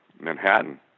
Manhattan